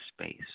space